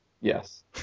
Yes